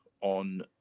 on